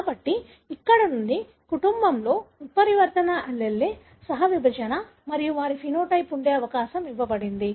కాబట్టి ఇక్కడ నుండి కుటుంబంలోని ఉత్పరివర్తన allele సహ విభజన మరియు వారికి ఫెనోటైప్ ఉండే అవకాశం ఇవ్వబడింది